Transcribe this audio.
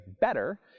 better